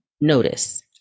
Notice